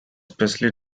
especially